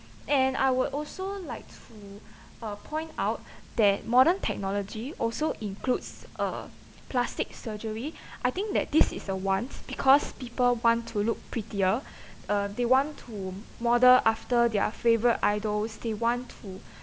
and I would also like to uh point out that modern technology also includes uh plastic surgery I think that this is a want because people want to look prettier uh they want to model after their favourite idols they want to